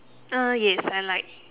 uh yes I like